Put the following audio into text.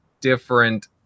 different